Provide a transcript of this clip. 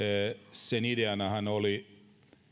tuhatyhdeksänsataayhdeksänkymmentäviisi ideana oli